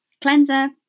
cleanser